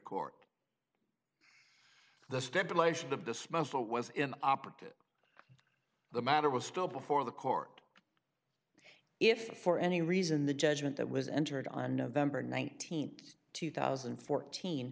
court the stipulation of dismissal was in operative the matter was still before the court if for any reason the judgment that was entered on november nineteenth two thousand and fourteen